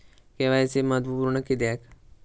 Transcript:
KYC महत्त्वपुर्ण किद्याक?